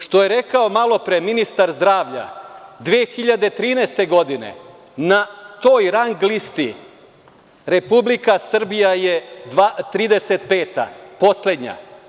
Što je rekao malopre ministar zdravlja 2013. godine na toj rang listi Republika Srbija je 35. poslednja.